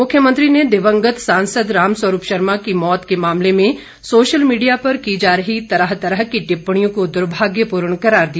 मुख्यमंत्री ने दिवंगत सांसद राम स्वरूप शर्मा की मौत के मामले में सोशल मीडिया पर की जा रही तरह तरह की टिप्पणियों को दुर्भाग्यपूर्ण करार दिया